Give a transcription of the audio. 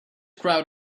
crowd